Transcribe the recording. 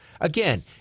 again